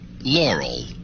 Laurel